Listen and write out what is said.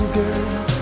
girl